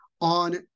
on